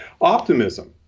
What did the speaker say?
optimism